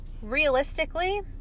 Realistically